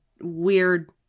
weird